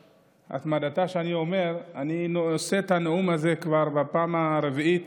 אני נושא את הנאום הזה כבר בפעם הרביעית,